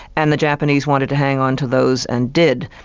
and the japanese wanted to hang on to those, and did,